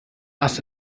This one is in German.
ass